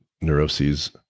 neuroses